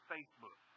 Facebook